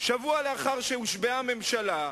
שבוע לאחר שהושבעה ממשלה,